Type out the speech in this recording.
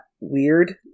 weird